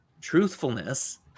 truthfulness